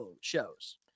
shows